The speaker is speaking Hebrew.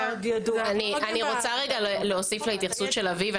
אני רוצה להוסיף להתייחסות של אביב.